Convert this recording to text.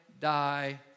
die